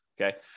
Okay